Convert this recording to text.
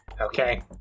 Okay